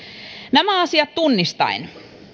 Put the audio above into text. nämä asiat tunnistaen